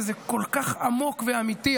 וזה כל כך עמוק ואמיתי.